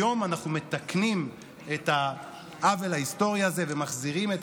היום אנחנו מתקנים את העוול ההיסטורי הזה ומחזירים את